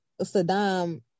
Saddam